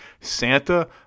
Santa